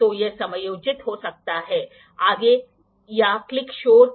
तो यह शून्य है उसी दिशा में आप पढ़ते हैं